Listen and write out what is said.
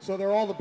so they're all the